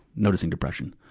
noticing depression.